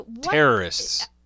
Terrorists